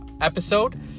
episode